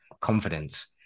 confidence